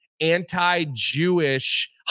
anti-Jewish